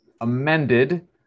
amended